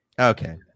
Okay